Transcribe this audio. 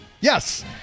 Yes